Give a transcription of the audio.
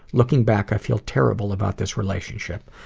looking back, i feel terrible about this relationship.